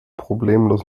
problemlos